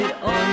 On